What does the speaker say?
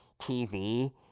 TV